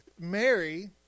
Mary